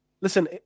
listen